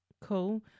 cool